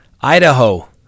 idaho